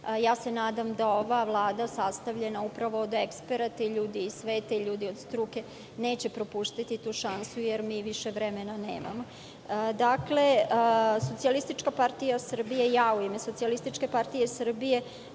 ja se nadam da ova Vlada, sastavljena upravo od eksperata i ljudi iz sveta i ljudi od struke, neće propustiti tu šansu, jer mi više vremena nemamo. Socijalistička partija Srbije i ja u ime SPS sa izuzetnim